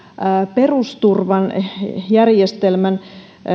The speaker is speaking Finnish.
perusturvajärjestelmän